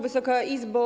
Wysoka Izbo!